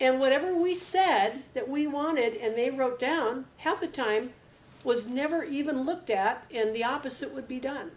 and whatever we said that we wanted and they wrote down half the time was never even looked at in the opposite would be done